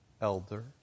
elder